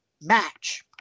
match